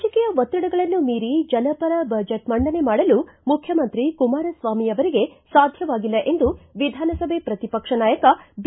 ರಾಜಕೀಯ ಒತ್ತಡಗಳನ್ನು ಮೀರಿ ಜನಪರ ಬಜೆಟ್ ಮಂಡನೆ ಮಾಡಲು ಮುಖ್ಯಮಂತ್ರಿ ಕುಮಾರಸ್ವಾಮಿಯವರಿಗೆ ಸಾಧ್ಯವಾಗಿಲ್ಲ ಎಂದು ವಿಧಾನಸಭೆ ಪ್ರತಿ ಪಕ್ಷ ನಾಯಕ ಬಿ